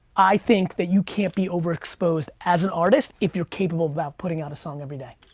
i think that you can't be overexposed as an artist if you're capable about putting out a song everyday.